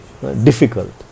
Difficult